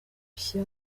gushya